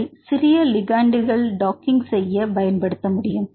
இவை சிறிய லீக்ண்டுகள் டாக்கிங் செய்ய இதைப் பயன்படுத்தலாம்